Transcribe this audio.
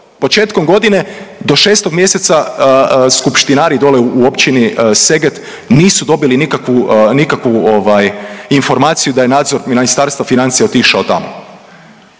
početkom godine, do 6. mjeseca skupštinari dole u Općini Seget nisu dobili nikakvu, nikakvu ovaj informaciju da je nadzor Ministarstva financija otišao tamo.